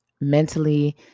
mentally